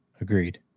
Agreed